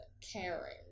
caring